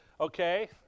Okay